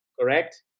correct